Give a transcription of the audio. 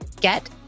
Get